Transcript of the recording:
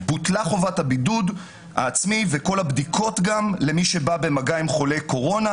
בוטלה חובת הבידוד העצמי וגם כל הבדיקות למי שבא במגע עם חולה קורונה,